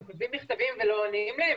הם כותבים מכתבים ולא עונים להם,